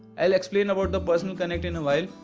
i will explain about the personal connect in a while.